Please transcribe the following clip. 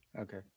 Okay